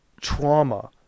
trauma